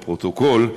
לפרוטוקול,